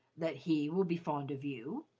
that he will be fond of you?